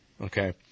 Okay